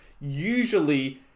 usually